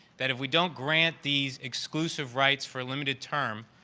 that if we don't grant these exclusive rights for a limited term,